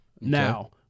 Now